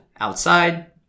outside